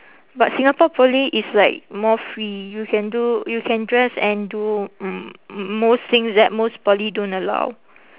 but singapore poly is like more free you can do you can dress and do m~ m~ most things that most poly don't allow